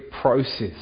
process